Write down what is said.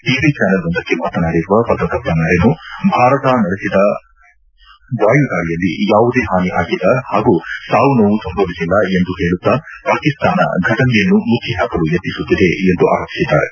TV ಚಾನಲ್ವೊಂದಕ್ಕೆ ಮಾತನಾಡಿರುವ ಪತ್ರಕರ್ತ ಮ್ನಾರಿನೋ ಭಾರತ ನಡೆಸಿದ ವಾಯು ದಾಳಿಯಲ್ಲಿ ಯಾವುದೇ ಹಾನಿ ಆಗಿಲ್ಲ ಹಾಗೂ ಸಾವು ನೋವು ಸಂಭವಿಸಿಲ್ಲ ಎಂದು ಹೇಳುತ್ತಾ ಪಾಕಿಸ್ತಾನ ಘಟನೆಯನ್ನು ಮುಚ್ಚಹಾಕಲು ಯತ್ನಿಸುತ್ತಿದೆ ಎಂದು ಆರೋಪಿಸಿದ್ದಾರೆ